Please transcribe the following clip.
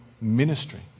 ministry